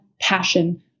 passion